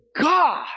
God